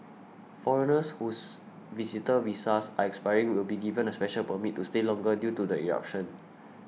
foreigners whose visitor visas are expiring will be given a special permit to stay longer due to the eruption